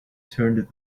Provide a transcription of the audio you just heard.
turned